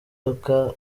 modoka